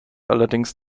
allerdings